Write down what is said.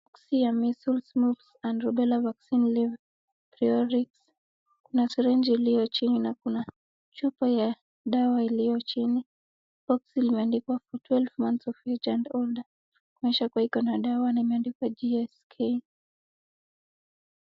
Boxi ya measles, mumps, and rubella vaccine live priorix . Kuna syringe iliyo chini na kuna chupa ya dawa iliyo chini. Boxi limeandikwa for 12 months of age and older . Kuonyesha kuwa iko na dawa na imeandikwa GSK .